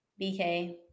BK